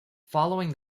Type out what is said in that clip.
following